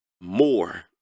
more